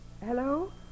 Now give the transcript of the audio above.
Hello